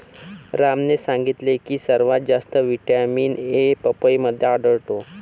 रामने सांगितले की सर्वात जास्त व्हिटॅमिन ए पपईमध्ये आढळतो